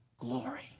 glory